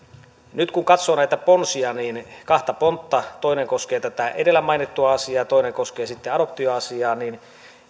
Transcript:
nyt kun katsoo näitä ponsia kahta pontta joista toinen koskee tätä edellä mainittua asiaa ja toinen koskee sitten adoptioasiaa niin